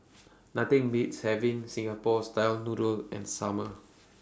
Nothing Beats having Singapore Style Noodles in Summer